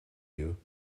you